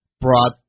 brought